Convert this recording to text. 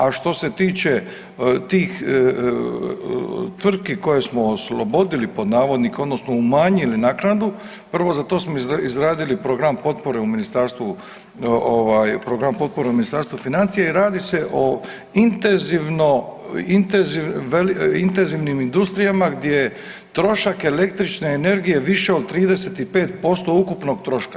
A što se tiče tih tvrtki koje smo oslobodili pod navodnike odnosno umanjili naknadu, prvo za to smo izradili program potpore u ministarstvu ovaj, program potpore u Ministarstvu financija i radi se o intenzivno, intenzivnim industrijama gdje je trošak električne energije više od 35% ukupnog troška.